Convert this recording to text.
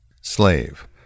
Slave